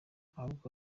ahubwo